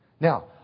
Now